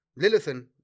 Lilithan